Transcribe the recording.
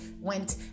went